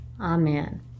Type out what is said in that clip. Amen